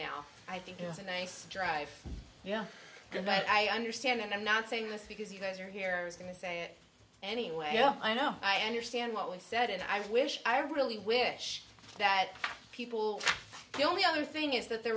now i think it was a nice drive yeah but i understand and i'm not saying this because you guys are here is going to say it anyway i know i understand what was said and i wish i really wish that people the only other thing is that there